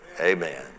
Amen